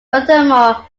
furthermore